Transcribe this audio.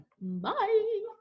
Bye